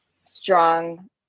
strong